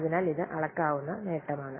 അതിനാൽ ഇത് അളക്കാവുന്ന നേട്ടമാണ്